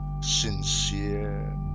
sincere